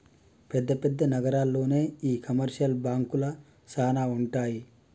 పెద్ద పెద్ద నగరాల్లోనే ఈ కమర్షియల్ బాంకులు సానా ఉంటాయి